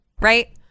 right